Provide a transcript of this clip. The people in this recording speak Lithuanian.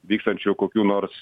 vykstančių kokių nors